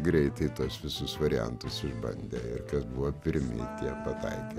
greitai tuos visus variantus išbandė ir kas buvo pirmi tie pataikė